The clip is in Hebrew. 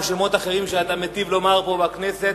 או שמות אחרים שאתה מטיב לומר פה בכנסת,